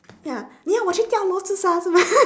ya 你要我去跳楼自杀是吗:ni yao wo qu tiao lou zi sha shi ma